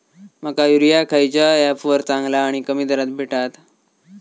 माका युरिया खयच्या ऍपवर चांगला आणि कमी दरात भेटात?